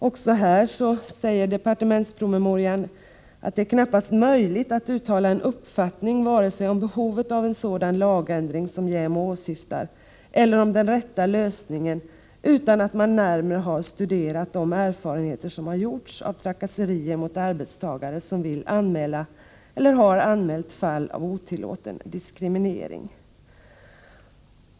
Men även här sägs i departementspromemorian att det knappast är möjligt att uttala en uppfattning vare sig om behovet av en sådan lagändring som JämO åsyftar eller om den rätta lösningen, utan att man närmare har studerat de erfarenheter som har gjorts av trakasserier mot arbetstagare som vill anmäla eller har anmält fall av otillåten diskriminering.